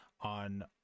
on